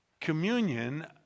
Communion